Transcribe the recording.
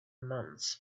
months